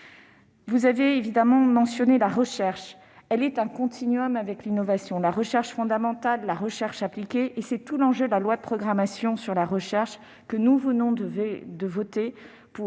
vous avez évidemment mentionnée, s'inscrit dans un continuum avec l'innovation. Recherche fondamentale, recherche appliquée, tout l'enjeu de la loi de programmation de la recherche que nous venons de voter est